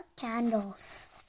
candles